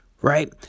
right